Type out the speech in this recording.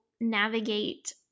navigate